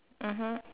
mmhmm